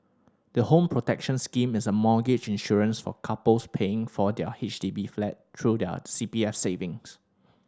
the Home Protection Scheme is a mortgage insurance for couples paying for their H D B flat through their C P F savings